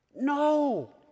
No